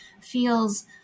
feels